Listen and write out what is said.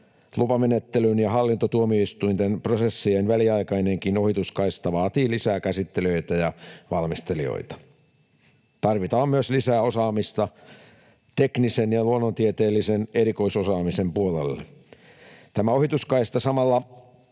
Lupamenettelyn ja hallintotuomioistuinten prosessien väliaikainenkin ohituskaista vaatii lisää käsittelijöitä ja valmistelijoita. Tarvitaan myös lisää osaamista teknisen ja luonnontieteellisen erikoisosaamisen puolelle. Tämä ohituskaista samalla